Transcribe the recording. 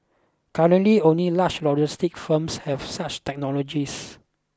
currently only large logistics firms have such technologies